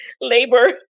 labor